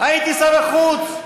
הייתי שר החוץ.